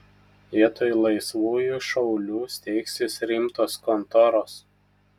vietoj laisvųjų šaulių steigsis rimtos kontoros